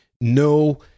no